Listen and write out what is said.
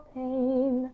pain